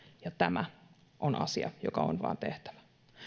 tämä on asia joka on vain tehtävä